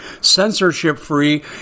censorship-free